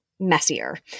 messier